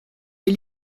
est